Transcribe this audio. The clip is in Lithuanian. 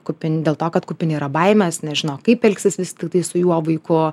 kupini dėl to kad kupini yra baimės nežino kaip elgsis vis tiktai su jo vaiku